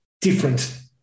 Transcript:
different